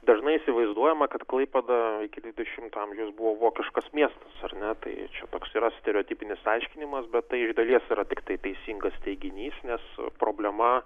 dažnai įsivaizduojama kad klaipėda iki dvidešimto amžiaus buvo vokiškas miestas ar ne tai čia toks yra stereotipinis aiškinimas bet tai iš dalies yra tiktai teisingas teiginys nes problema